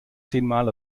zehnmal